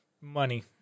Money